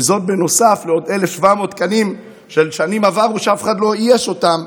נוסף לעוד 1,700 תקנים של שנים עברו שאף אחד לא אייש אותם.